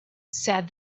said